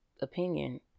Opinion